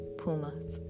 pumas